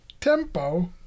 Tempo